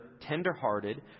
tenderhearted